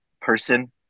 person